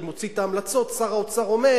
מוציא את ההמלצות שר האוצר אומר